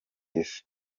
isi